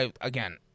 again